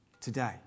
today